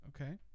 Okay